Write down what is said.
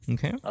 Okay